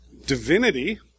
Divinity